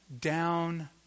down